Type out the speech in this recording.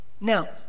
now